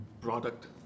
product